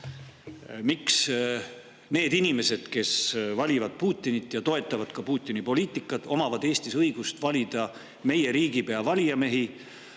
miks need inimesed, kes valivad Putinit ja toetavad Putini poliitikat, omavad Eestis õigust valida meie riigipea, kui valijamehed